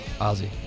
Ozzy